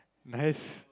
nice